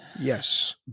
Yes